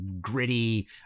gritty